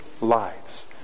lives